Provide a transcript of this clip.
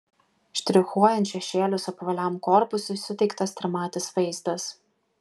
štrichuojant šešėlius apvaliam korpusui suteiktas trimatis vaizdas